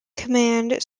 command